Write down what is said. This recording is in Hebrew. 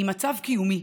היא מצב קיומי